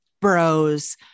bros